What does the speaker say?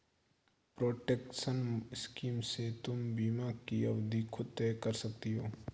protection scheme से तुम बीमा की अवधि खुद तय कर सकती हो